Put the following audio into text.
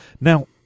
Now